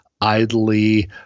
idly